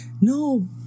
No